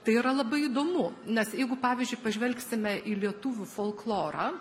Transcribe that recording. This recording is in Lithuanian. tai yra labai įdomu nes jeigu pavyzdžiui pažvelgsime į lietuvių folklorą